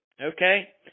Okay